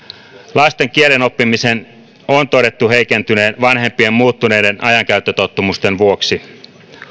lasten kielenoppimisen on todettu heikentyneen vanhempien muuttuneiden ajankäyttötottumusten vuoksi